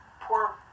poor